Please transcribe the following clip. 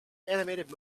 animated